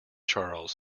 charles